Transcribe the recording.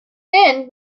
then